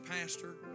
Pastor